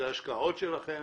זה השקעות שלכם.